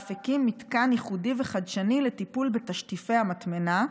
ואף הקים מתקן ייחודי וחדשני לטיפול בתשטיפי המטמנה,